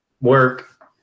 Work